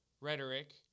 Rhetoric